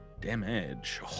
damage